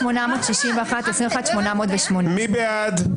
21,861 עד 21,880. מי בעד?